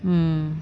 mm